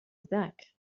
ذاك